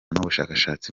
n’ubushakashatsi